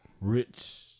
rich